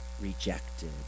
rejected